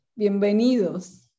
Bienvenidos